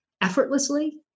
effortlessly